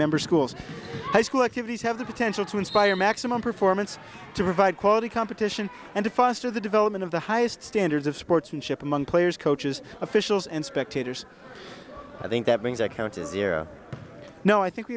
member schools high school activities have the potential to inspire maximum performance to provide quality competition and to foster the development of the highest standards of sportsmanship among players coaches officials and spectators i think that brings a carrot to zero no i think we